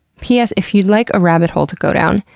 p s, if you'd like a rabbit hole to go down,